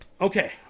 Okay